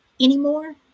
anymore